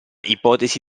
ipotesi